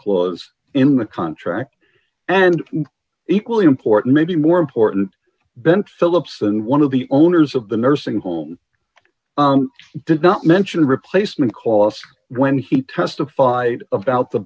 clause in the contract and equally important may be more important bent philipson one of the owners of the nursing home does not mention replacement costs when he testified about the